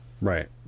Right